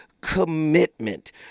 commitment